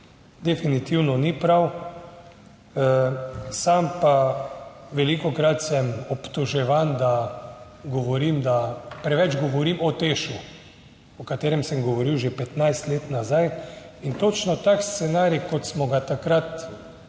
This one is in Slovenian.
Definitivno ni prav, sam pa velikokrat sem obtoževan, da govorim, da preveč govorim o Tešu, o katerem sem govoril že 15 let nazaj. In točno tak scenarij, kot smo ga takrat napovedovali,